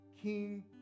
King